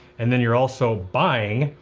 and then you're also buying